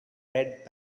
red